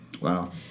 Wow